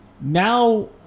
Now